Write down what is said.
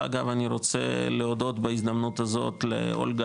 ואגב אני רוצה להודות בהזדמנות הזאת לאולגה